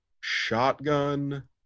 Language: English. shotgun